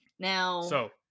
Now